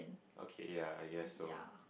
okay ya I guess so